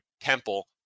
Temple